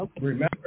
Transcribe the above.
remember